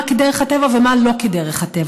ומה כדרך הטבע ומה לא כדרך הטבע.